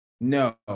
No